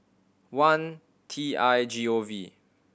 one T I G O V